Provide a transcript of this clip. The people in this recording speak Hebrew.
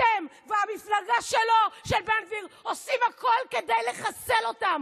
אתם כל הזמן מדברים על הלוחמים שנופלים מההתנחלויות,